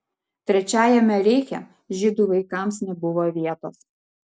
trečiajame reiche žydų vaikams nebuvo vietos